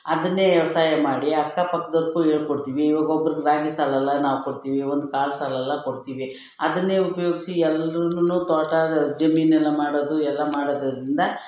ಅದನ್ನೇ ವ್ಯವಸಾಯ ಮಾಡಿ ಅಕ್ಕಪಕ್ಕದವ್ರಿಗೂ ಹೇಳಿಕೊಡ್ತೀವಿ ಇವಾಗ ಒಬ್ರಿಗೆ ರಾಗಿ ಸಾಲಲ್ಲ ನಾವು ಕೊಡ್ತೀವಿ ಒಂದು ಕಾಳು ಸಾಲಲ್ಲ ಕೊಡ್ತೀವಿ ಅದನ್ನೇ ಉಪಯೋಗ್ಸಿ ಎಲ್ಲರೂನು ತೋಟ ಜಮೀನೆಲ್ಲ ಮಾಡೋದು ಎಲ್ಲ ಮಾಡೋದರಿಂದ